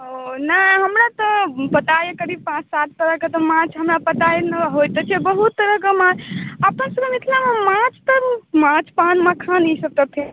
ओ नाम हमरा तऽ पता अछि करीब पाँच सात तरहके तऽ माछ हमरा पता अछि एन्नो होइ तऽ छै बहुत तरहके माछ अपन सबहक मिथिलामे माछ तऽ माछ पान मखान इसब तऽ फे